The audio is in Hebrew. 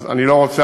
אני לא רוצה,